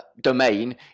domain